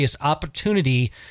opportunity